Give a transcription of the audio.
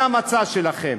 זה המצע שלכם.